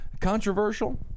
controversial